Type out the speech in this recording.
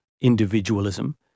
individualism